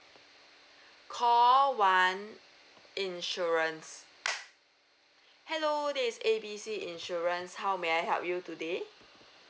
call one insurance hello this is A B C insurance how may I help you today